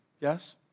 Yes